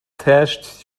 tesh